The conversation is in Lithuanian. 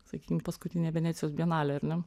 sakykim paskutinė venecijos bienalė ar ne